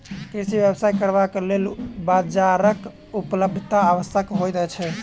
कृषि व्यवसाय करबाक लेल बाजारक उपलब्धता आवश्यक होइत छै